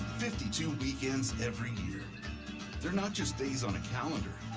fifty two weekends every they're not just days on a calendar,